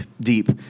deep